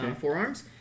forearms